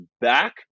back